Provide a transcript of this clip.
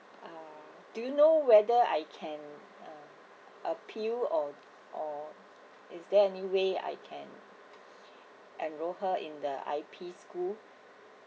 ah do you know whether I can uh appeal or or is there any way I can enroll her in the I_P school